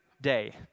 day